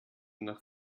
nach